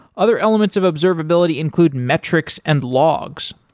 other elements of observability include metrics and logs.